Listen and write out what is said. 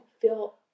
feel